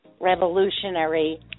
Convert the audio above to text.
revolutionary